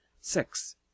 Six